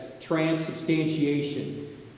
transubstantiation